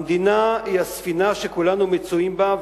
המדינה היא הספינה שכולנו מצויים בה,